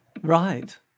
right